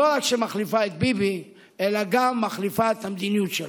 שלא רק מחליפה את ביבי אלא גם מחליפה את המדיניות שלו.